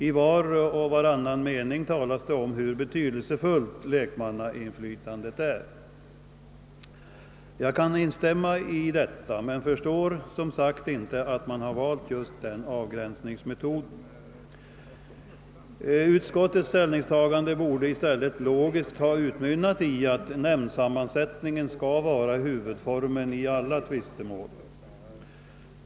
I var och varannan . mening talas det om hur betydelsefullt lekmannainflytandet är. Jag kan instämma i detta, men förstår som sagt inte att man valt just den avgränsningsmetoden. Utskottets ställningstagande borde i stället logiskt ha utmynnat i att nämndsammansättningen skall vara huvudformen i alla tvistemål.